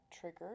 trigger